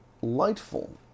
delightful